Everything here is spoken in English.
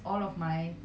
!wow!